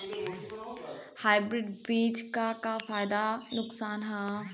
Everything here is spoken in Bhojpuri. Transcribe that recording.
हाइब्रिड बीज क का फायदा नुकसान ह?